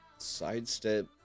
sidestep